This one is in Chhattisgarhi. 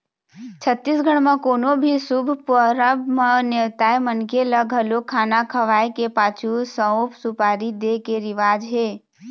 छत्तीसगढ़ म कोनो भी शुभ परब म नेवताए मनखे ल घलोक खाना खवाए के पाछू सउफ, सुपारी दे के रिवाज हे